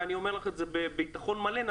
ואני אומר לך את זה בביטחון מלא - אנחנו